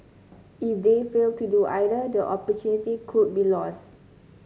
if they fail to do either the opportunity could be lost